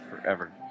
forever